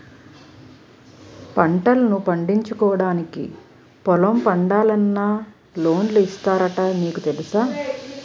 పంటల్ను పండించుకోవడానికి పొలం పండాలన్నా లోన్లు ఇస్తున్నారట నీకు తెలుసా?